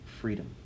freedom